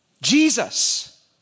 Jesus